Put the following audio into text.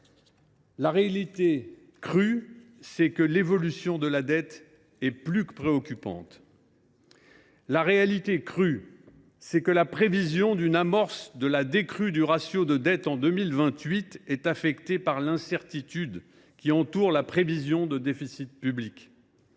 La réalité crue, c’est que l’évolution de la dette est plus que préoccupante. La réalité crue, c’est que l’annonce d’une amorce de la décrue du ratio de dette en 2028 est affectée par l’incertitude qui entoure les prévisions en matière de déficit public.